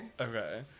okay